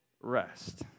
rest